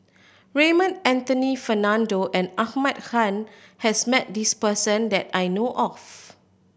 Raymond Anthony Fernando and Ahmad Khan has met this person that I know of